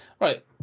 Right